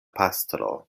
pastro